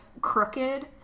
crooked